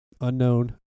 unknown